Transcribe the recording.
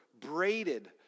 braided